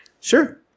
Sure